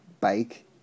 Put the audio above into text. bike